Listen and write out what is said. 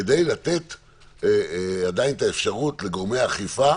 כדי לתת עדיין את האפשרות לגורמי האכיפה